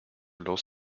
los